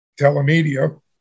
telemedia